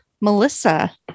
melissa